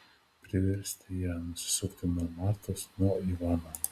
priversti ją nusisukti nuo martos nuo ivano